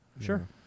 Sure